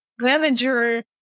Manager